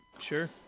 Sure